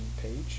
page